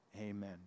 Amen